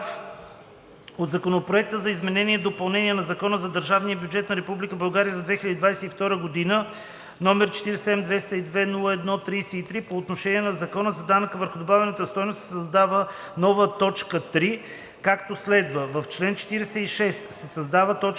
от Законопроект за изменение и допълнение на Закона за държавния бюджет на Република България за 2022 г., № 47-202-01-33, по отношение на Закона за данъка върху добавената стойност се създава нова т. 3, както следва: „В чл. 46 се създава т. 8: